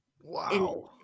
Wow